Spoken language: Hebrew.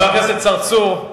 חבר הכנסת צרצור,